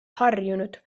harjunud